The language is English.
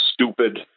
stupid